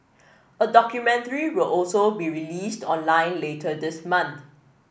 a documentary will also be released online later this month